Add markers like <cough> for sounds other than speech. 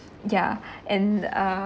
ya <breath> and uh